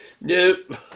nope